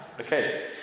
Okay